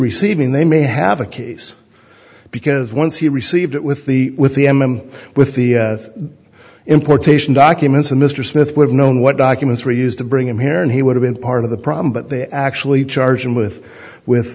receiving they may have a case because once he received it with the with the m m with the importation documents and mr smith would have known what documents were used to bring him here and he would have been part of the problem but they actually charged him with with